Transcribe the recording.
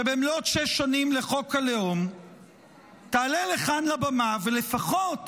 שבמלאת שש שנים לחוק הלאום תעלה לכאן לבמה ולפחות